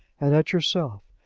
and at yourself,